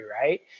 right